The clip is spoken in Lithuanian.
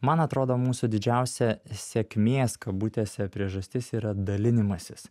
man atrodo mūsų didžiausia sėkmės kabutėse priežastis yra dalinimasis